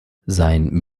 sein